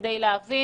כדי להבין